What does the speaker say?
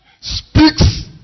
speaks